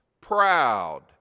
proud